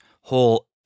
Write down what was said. whole